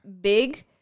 big